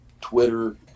Twitter